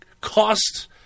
cost